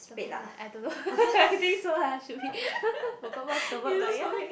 something lah I don't know I think so lah should be I forgot what's the word but ya